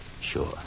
Sure